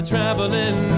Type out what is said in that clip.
traveling